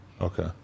Okay